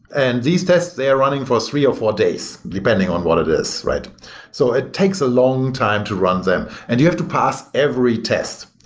and these tests, they are running for three or four days depending on what it is. so it takes a long time to run them, and you have to pass every test.